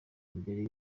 mbere